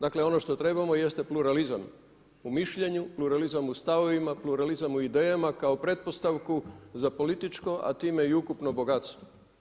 Dakle, ono što trebamo jeste pluralizam u mišljenju, pluralizam u stavovima, pluralizam u idejama kao pretpostavku za političko, a time i ukupno bogatstvo.